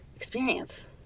experience